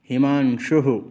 हिमांशुः